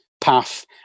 path